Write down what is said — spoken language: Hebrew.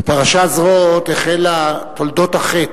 בפרשה זאת החלו תולדות החטא.